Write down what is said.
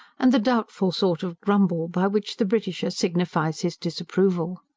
and the doubtful sort of grumble by which the britisher signifies his disapproval.